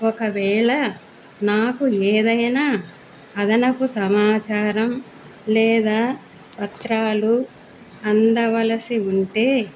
ఒకవేళ నాకు ఏదైనా అదనపు సమాచారం లేదా పత్రాలు అందవలసి ఉంటే